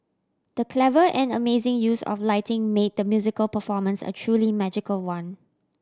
the clever and amazing use of lighting made the musical performance a truly magical one